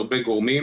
הבריאות,